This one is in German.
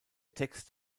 text